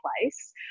place